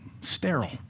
sterile